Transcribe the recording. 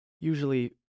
usually